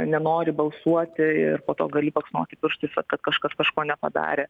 nenori balsuoti ir po to gali baksnoti pirštais vat kad kažkas kažko nepadarė